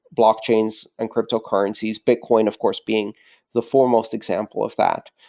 blockchains and crypto currencies, bitcoin, of course, being the foremost example of that,